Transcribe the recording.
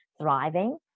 thriving